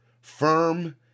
firm